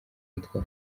yitwa